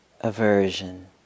aversion